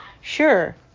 sure